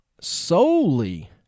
solely